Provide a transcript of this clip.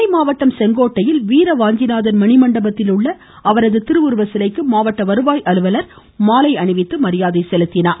நெல்லை மாவட்டம் செங்கோட்டையில் வீரவாஞ்சிநாதன் மணிமண்டபத்தில் உள்ள அவரது திருவுருவ சிலைக்கு மாவட்ட வருவாய் அலுவலர் இன்று மாலை அணிவித்து மரியாதை செலுத்தினார்